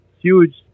huge